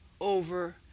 over